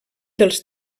dels